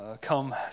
come